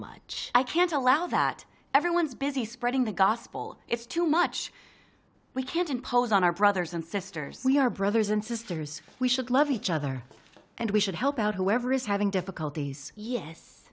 much i can't allow that everyone's busy spreading the gospel it's too much we can't impose on our brothers and sisters we are brothers and sisters we should love each other and we should help out whoever is having difficulties yes